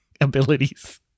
abilities